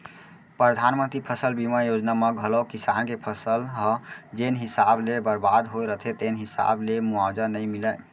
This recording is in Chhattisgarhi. परधानमंतरी फसल बीमा योजना म घलौ किसान के फसल ह जेन हिसाब ले बरबाद होय रथे तेन हिसाब ले मुवावजा नइ मिलय